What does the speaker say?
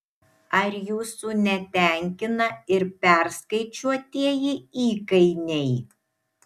ar jūsų netenkina ir perskaičiuotieji įkainiai